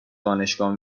دانشگاه